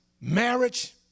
marriage